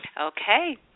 Okay